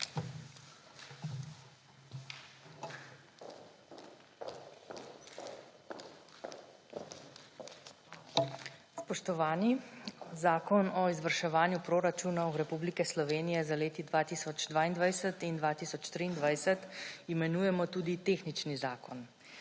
Spoštovani! Zakon o izvrševanju proračunov Republike Slovenije za leti 2022 in 2023 imenujemo tudi tehnični zakon,